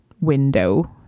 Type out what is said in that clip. window